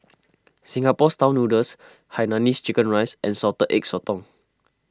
Singapore Style Noodles Hainanese Chicken Rice and Salted Egg Sotong